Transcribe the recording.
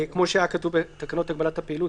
כמו שהיה כתוב בתקנות הגבלת הפעילות.